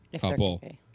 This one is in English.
couple